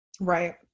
Right